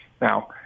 Now